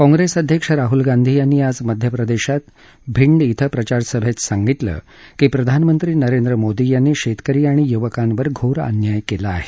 काँग्रेस अध्यक्ष राहुल गांधी यांनी आज मध्य प्रदेशात भिंड श्वे प्रचारसभेत सांगितलं की प्रधानमंत्री नरेंद्र मोदी यांनी शेतकरी आणि युवकांवर घोर अन्याय केला आहे